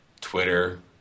twitter